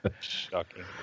Shocking